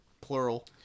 plural